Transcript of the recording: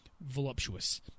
Voluptuous